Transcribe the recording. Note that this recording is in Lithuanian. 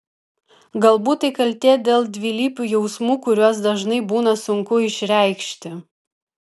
galbūt tai kaltė dėl dvilypių jausmų kuriuos dažnai būna sunku išreikšti